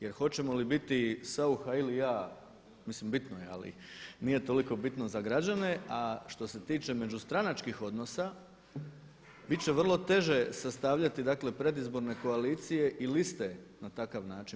Jer hoćemo li biti Saucha ili ja, mislim bitno je ali, nije toliko bitno za građane, a što se tiče međustranačkih odnosa biti će vrlo teže sastavljati dakle predizborne koalicije i liste na takav način.